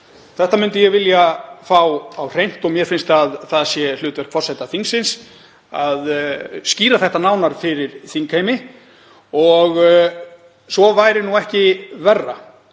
Þetta myndi ég vilja fá á hreint og mér finnst að það sé hlutverk forseta þingsins að skýra þetta nánar fyrir þingheimi. Svo væri ekki verra